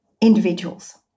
individuals